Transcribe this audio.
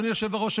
אדוני היושב-ראש,